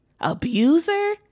abuser